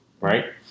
right